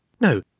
No